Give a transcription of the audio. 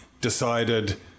decided